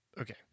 Okay